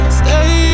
stay